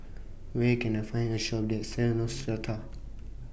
Where Can I Find A Shop that sells Neostrata